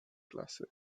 klasy